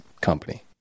company